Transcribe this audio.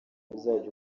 uzajya